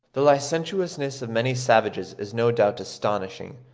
the licentiousness of many savages is no doubt astonishing,